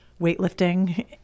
weightlifting